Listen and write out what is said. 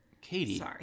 Katie